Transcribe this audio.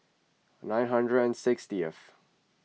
nine hundred and sixtieth